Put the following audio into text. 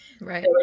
Right